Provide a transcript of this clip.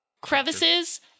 crevices